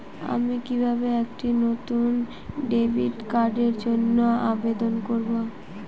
আমি কিভাবে একটি নতুন ডেবিট কার্ডের জন্য আবেদন করব?